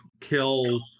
kill